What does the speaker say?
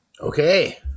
Okay